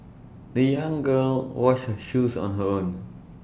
the young girl washed her shoes on her own